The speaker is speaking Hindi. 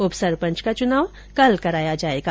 उपसरपंच का चुनाव कल कराया जायेगा